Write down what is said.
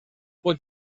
pot